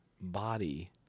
body